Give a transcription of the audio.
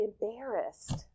embarrassed